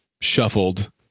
shuffled